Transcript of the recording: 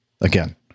Again